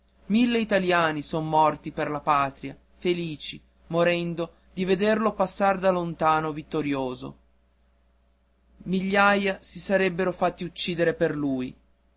mille italiani son morti per la patria felici morendo di vederlo passar di lontano vittorioso migliaia si sarebbero fatti uccidere per lui